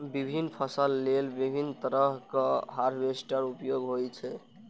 विभिन्न फसल लेल विभिन्न तरहक हार्वेस्टर उपयोग होइ छै